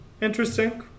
interesting